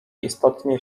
istotnie